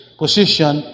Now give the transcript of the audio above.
position